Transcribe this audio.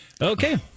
Okay